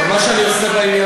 מה קרה היום?